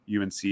UNC